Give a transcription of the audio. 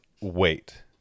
wait